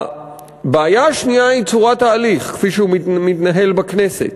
הבעיה השנייה היא צורת ההליך כפי שהוא מתנהל בכנסת.